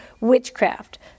witchcraft